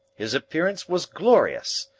his appearance was glorious.